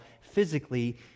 physically